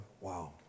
Wow